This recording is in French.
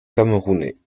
camerounais